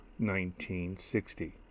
1960